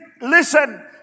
listen